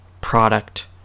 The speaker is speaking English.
product